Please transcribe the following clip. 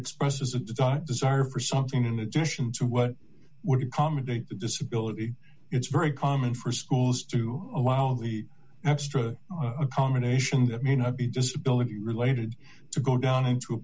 expresses at the top desire for something in addition to what would accommodate the disability it's very common for schools to allow the extra accommodation that may not be disability related to go down into